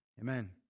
Amen